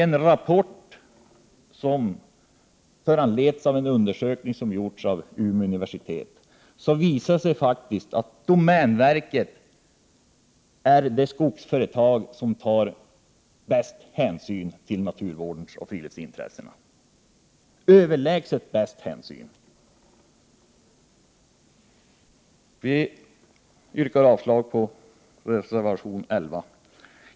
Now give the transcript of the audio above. En rapport som har föranletts av en undersökning utförd av Umeå universitet visar att domänverket är det skogsföretag som tar mest hänsyn till naturvårdsintressen och friluftsintressen. Jag yrkar avslag på reservation 11.